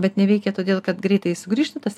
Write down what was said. bet neveikia todėl kad greitai sugrįžta tas